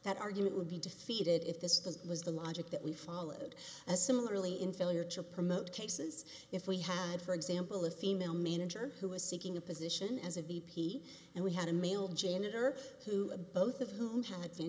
that argument would be defeated if this was the logic that we followed as similarly in failure to promote cases if we had for example a female manager who was seeking a position as a v p and we had a male janitor who a both of whom had